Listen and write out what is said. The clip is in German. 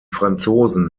franzosen